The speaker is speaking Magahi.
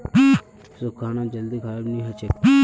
सुख्खा अनाज जल्दी खराब नी हछेक